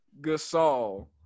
Gasol